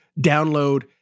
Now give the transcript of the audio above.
download